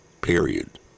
period